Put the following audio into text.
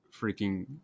freaking